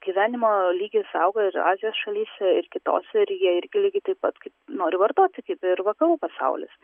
gyvenimo lygis auga ir azijos šalyse ir kitose ir jie irgi lygiai taip pat kaip nori vartoti kaip ir vakarų pasaulis